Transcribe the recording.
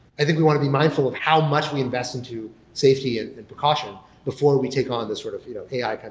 i think we want to be mindful of how much we invest into safety ah and precaution before we take on this sort of you know ai kind